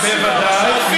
מה תעשה אז?